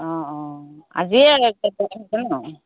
অঁ অঁ আজিয়ে হৈছে ন